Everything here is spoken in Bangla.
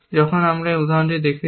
যখন আমরা এই উদাহরণটি করছি